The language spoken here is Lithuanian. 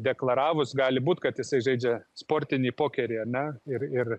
deklaravus gali būt kad jisai žaidžia sportinį pokerį ane ir ir